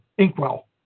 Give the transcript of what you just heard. inkwell